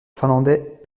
finlandais